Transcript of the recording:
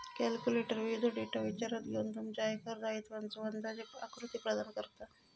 calculator विविध data विचारात घेऊन तुमच्या आयकर दायित्वाचो अंदाजे आकृती प्रदान करता